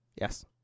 yes